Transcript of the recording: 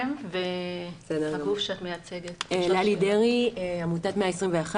אני ללי דרעי מעמותת 121,